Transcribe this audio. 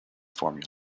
formula